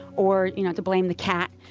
or you know to blame the cat.